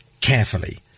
carefully